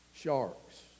Sharks